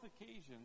occasions